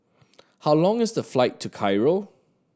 how long is the flight to Cairo